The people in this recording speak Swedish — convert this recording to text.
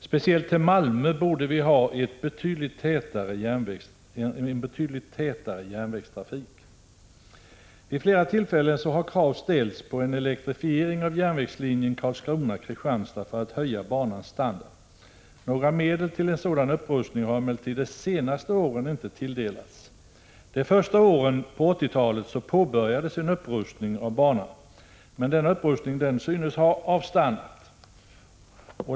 Speciellt på sträckan till Malmö skulle vi behöva betydligt tätare järnvägstrafik. Vid flera tillfällen har krav ställts på elektrifiering av järnvägslinjen Karlskrona—Kristianstad för att höja banans standard. Några medel till en sådan upprustning har de senaste åren inte tilldelats. Under de första åren av 1980-talet påbörjades en upprustning av banan, men den synes ha avstannat.